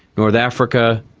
north africa,